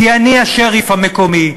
כי אני השריף המקומי,